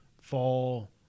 fall